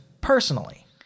personally